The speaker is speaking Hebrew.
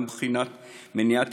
גם מבחינת מניעת